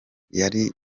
yari